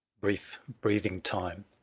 brief breathing-time!